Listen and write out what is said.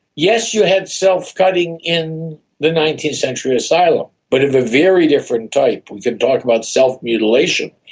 yes, you had self-cutting in the nineteenth century asylum but of a very different type. we can talk about self-mutilation,